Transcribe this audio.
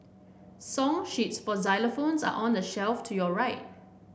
song sheets for xylophones are on the shelf to your right